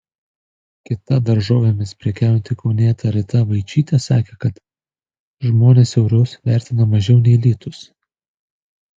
kita daržovėmis prekiaujanti kaunietė rita vaičytė sakė kad žmonės eurus vertina mažiau nei litus